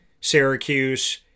Syracuse